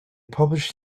published